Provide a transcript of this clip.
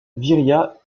viriat